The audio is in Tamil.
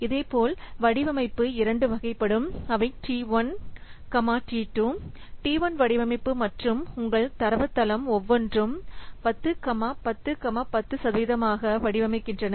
இதேபோல் வடிவமைப்பு இரண்டு வகைப்படும் அவை டி 1 டி 2 டி 1 வடிவமைப்பு மற்றும் உங்கள் தரவுத்தளம் ஒவ்வொன்றும் 10 10 10 சதவீதமாக வடிவமைக்கின்றன